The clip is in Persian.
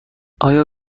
آیا